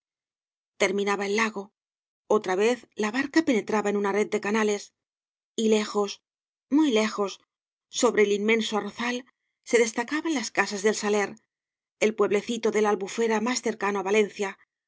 terminaba el lago otra vez la barca penetraba en una red de canales y lejos muy lejos sobre el inmenso arrozal se destacaban las casas del saler el pueblecito de la albufera más cercano á valencia